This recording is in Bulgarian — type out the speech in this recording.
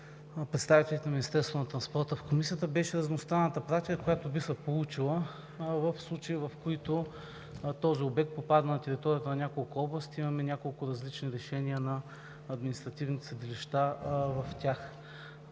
представителите на Министерството на транспорта в Комисията, беше разностранната практика, която би се получила в случаи, в които този обект попадне на територията на няколко области и имаме няколко различни решения на административните съдилища в тях.